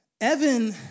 Evan